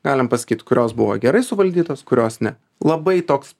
galim pasakyt kurios buvo gerai suvaldytos kurios ne labai toks